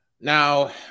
Now